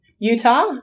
Utah